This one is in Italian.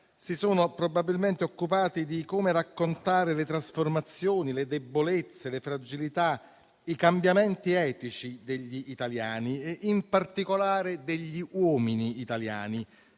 si sono probabilmente occupati di come raccontare le trasformazioni, le debolezze, le fragilità, i cambiamenti etici degli italiani e in particolare degli uomini italiani;